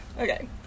Okay